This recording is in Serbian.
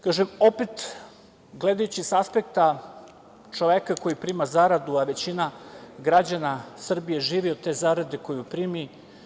Kažem, opet gledajući sa aspekta čoveka koji prima zaradu, a većina građana Srbije živi od te zarade koju primi.